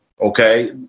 Okay